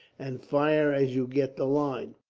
and fire as you get the line.